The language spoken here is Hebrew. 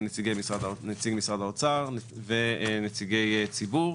נציג משרד האוצר ונציגי ציבור,